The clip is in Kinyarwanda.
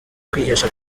kwihesha